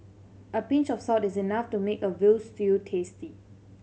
a pinch of salt is enough to make a veal stew tasty